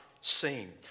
seen